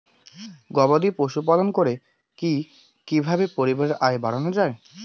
গবাদি পশু পালন করে কি কিভাবে পরিবারের আয় বাড়ানো যায়?